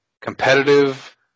competitive